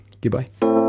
goodbye